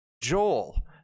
Joel